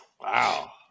Wow